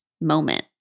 moment